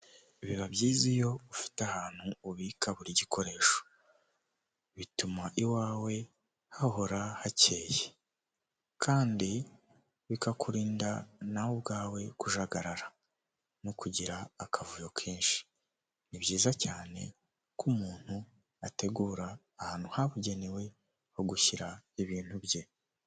Biba byiza iyo ufite ahantu ubika buri gikoresho. Bituma iwawe hahora hakeye. Kandi bikakurinda nawe ubwawe kujagarara, no kugira akavuyo kenshi. Ni byiza cyane ko umuntu ategura ahantu habugenewe ho gushyira ibintu bye.